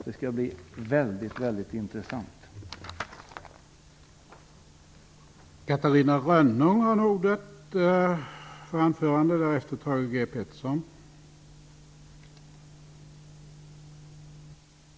Det skall bli väldigt intressant att se hur det går.